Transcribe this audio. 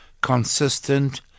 consistent